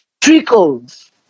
trickles